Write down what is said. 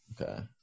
Okay